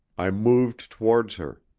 i moved towards her.